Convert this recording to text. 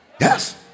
yes